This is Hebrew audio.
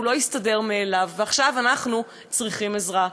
הוא לא יסתדר מאליו, ועכשיו אנחנו צריכים עזרה".